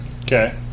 Okay